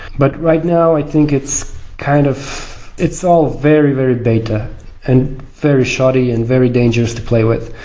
but right now, i think it's kind of it's all very, very beta and very shoddy and very dangerous to play with.